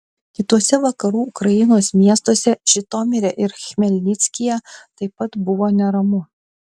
kituose vakarų ukrainos miestuose žitomire ir chmelnickyje taip pat buvo neramu